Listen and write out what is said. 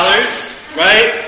right